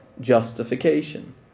justification